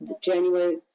January